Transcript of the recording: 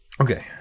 Okay